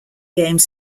game